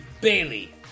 Bailey